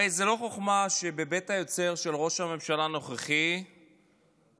הרי זו לא חוכמה שבבית היוצר של ראש הממשלה הנוכחי יש